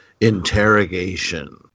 Interrogation